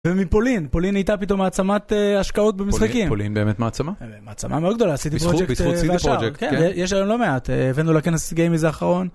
ומפולין, פולין נהייתה פתאום מעצמת השקעות במשחקים. פולין באמת מעצמה? מעצמה מאוד גדולה, סי-די פרוג'קט. בזכות סי-די פרוג'קט, כן. יש להם לא מעט, הבאנו לכנס גיימרז האחרון.